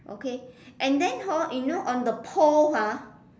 okay and then hor you know on the pole ah